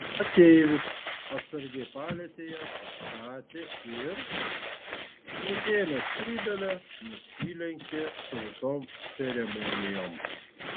ateivis atsargiai palietė ją pastatė ir nusiėmęs skrybėlę nusilenkė su visom ceremonijom